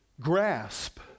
grasp